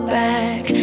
back